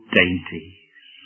dainties